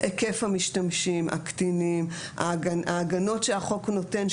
היקף המשתמשים; הקטינים; ההגנות שהחוק נותן,